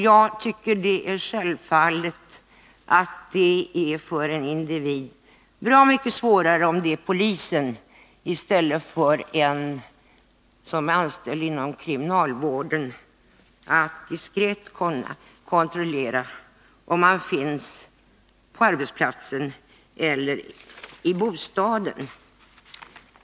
Jag tycker att det är självklart att det för en individ är bra mycket svårare om det är polisen än om det är någon som är anställd inom kriminalvården som diskret kontrollerar om han eller hon finns på arbetsplatsen eller i bostaden.